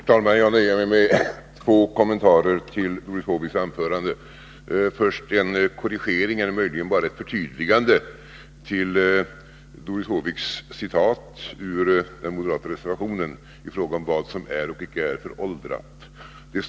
Herr talman! Jag nöjer mig med två kommentarer till Doris Håviks anförande. Först en korrigering av eller möjligen bara ett förtydligande till Doris Håviks citat ur den moderata reservationen i frågan om vad som är eller icke är föråldrat.